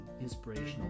inspirational